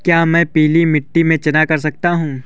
क्या मैं पीली मिट्टी में चना कर सकता हूँ?